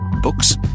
Books